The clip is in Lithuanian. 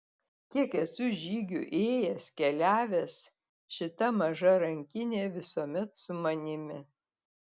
kiek esu žygių ėjęs keliavęs šita maža rankinė visuomet su manimi